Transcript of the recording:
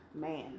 man